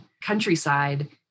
countryside